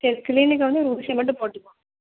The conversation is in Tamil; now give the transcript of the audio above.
சரி க்ளீனிக்கில் வந்து ஒரு ஊசி மட்டும் போட்டுக்கோங்க